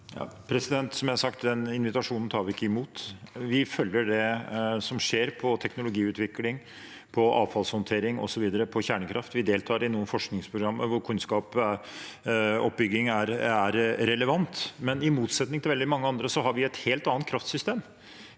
Som jeg har sagt: Den invitasjonen tar vi ikke imot. Vi følger det som skjer på teknologiutvikling, avfallshåndtering osv., på kjernekraft. Vi deltar i noen forskningsprogrammer hvor kunnskapsoppbygging er relevant, men i motsetning til veldig mange andre har vi et helt annet kraftsystem.